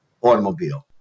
automobile